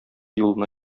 юлына